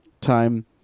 time